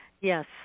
Yes